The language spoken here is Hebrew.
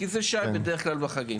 כי זה שי, בדרך כלל בחגים.